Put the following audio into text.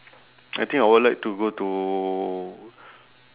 I think I would like to go to